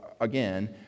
again